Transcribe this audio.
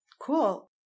cool